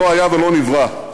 שלא היה ולא נברא.